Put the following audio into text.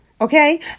Okay